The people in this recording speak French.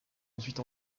ensuite